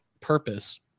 purpose